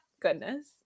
Goodness